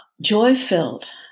joy-filled